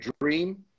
dream